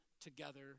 together